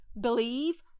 Believe